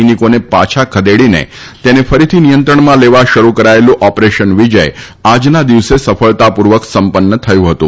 સૈનિકોને પાછા ખદેડીને તેને ફરીથી નિયંત્રણમાં લેવા શરૂ કરાયેલું ઓપરેશન વિજય આજના દિવસે સફળતાપૂર્વક સંપન્ન થયું હતું